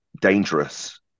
dangerous